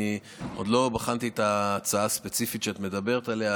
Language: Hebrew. אני עוד לא בחנתי את ההצעה הספציפית שאת מדברת עליה,